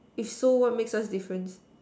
if so what makes us different